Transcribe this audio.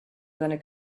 seine